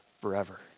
forever